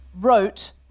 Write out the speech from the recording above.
wrote